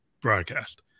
broadcast